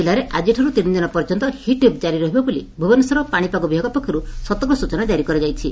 ଜିଲ୍ଲାରେ ଆଜିଠାରୁ ତିନିଦିନ ପର୍ଯ୍ୟନ୍ତ ହିଟ୍ ଓ୍ୱେଭ୍ ଜାରି ରହିବ ବୋଲି ଭୁବନେଶ୍ୱର ପାଶିପାଗ ବିଭାଗ ପକ୍ଷର୍ ସତର୍କ ସ୍ଚନା ଜାରି କରାଯାଇଛି